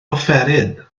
offeryn